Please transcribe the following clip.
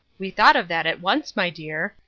we thought of that at once, my dear.